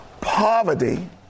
poverty